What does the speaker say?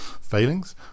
failings